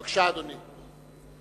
בבקשה, אדוני.